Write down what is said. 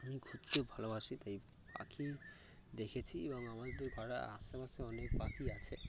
আমি ঘুরতে ভালোবাসি তাই পাখি দেখেছি এবং আমাদের পাড়ার আশেপাশে অনেক পাখি আছে